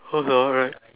alright